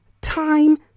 time